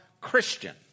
Christian